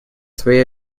свои